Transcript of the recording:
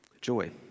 joy